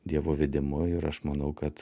dievo vedimu ir aš manau kad